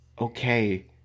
okay